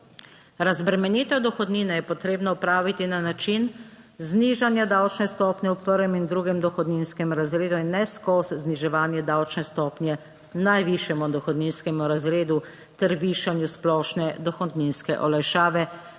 Razbremenitev dohodnine je potrebno opraviti na način znižanja davčne stopnje v prvem in drugem dohodninskem razredu in ne skozi zniževanje davčne stopnje najvišjemu dohodninskemu razredu ter višanju splošne dohodninske olajšave,